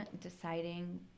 deciding